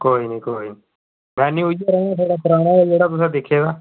कोई निं कोई निं वैन्यू इ'यै रौह्ना साढ़ा पराना जेह्ड़ा तुसें दिक्खे दा